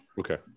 Okay